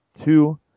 two